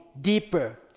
deeper